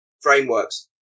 frameworks